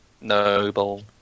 Noble